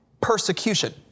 Persecution